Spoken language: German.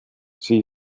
sie